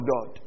God